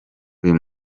uyu